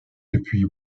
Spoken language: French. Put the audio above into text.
depuis